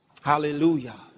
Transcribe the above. Hallelujah